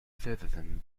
citizen